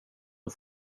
med